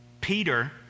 Peter